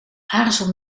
aarzel